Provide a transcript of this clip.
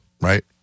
right